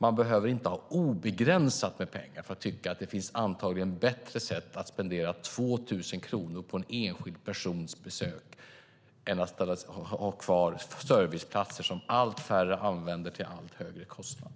Man behöver inte ha obegränsat med pengar för att tycka att det finns bättre sätt att spendera 2 000 kronor på en enskild persons besök än att ha kvar serviceplatser som allt färre använder till allt högre kostnad.